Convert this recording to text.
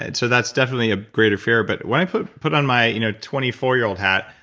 and so that's definitely a greater fear. but when i put put on my you know twenty four year old hat,